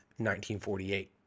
1948